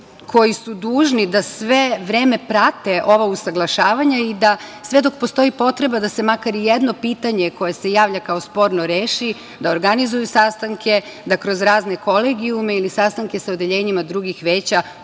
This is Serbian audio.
koji su dužni da sve vreme prate ova usaglašavanja i da sve dok postoji potreba da se makar ijedno pitanje koje se javlja kao sporno reši, da organizuju sastanke, da kroz razne kolegijume ili sastanke sa odeljenjima drugih veća,